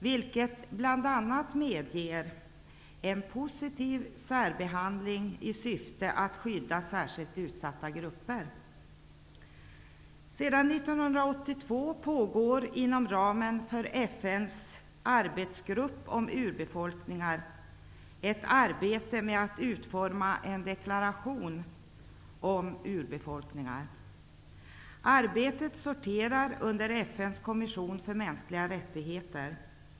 Den medger bl.a. en positiv särbehandling i syfte att skydda särskilt utsatta grupper. Sedan 1982 pågår inom ramen för FN:s arbetsgrupp för urbefolkningar ett arbete med att utforma en deklaration om urbefolkningar. Arbetet sorterar under FN:s kommission för mänskliga rättigheter.